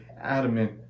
adamant